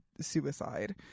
suicide